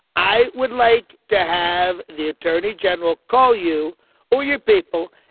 i would like to have the attorney general call you or your people,